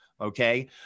Okay